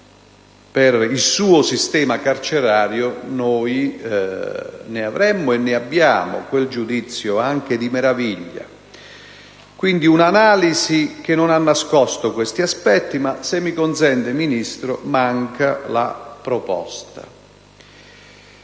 per il suo sistema carcerario, ne avremmo e ne abbiamo quel giudizio anche di meraviglia. Quindi, la sua è un'analisi che non ha nascosto questi aspetti, ma, se mi consente, Ministro, manca di una proposta.